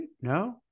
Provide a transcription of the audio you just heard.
No